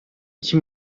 iki